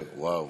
מוותר, וואו.